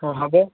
ହଁ ହେବ